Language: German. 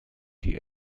die